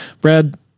Brad